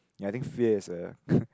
ya I think fear is a